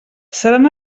seran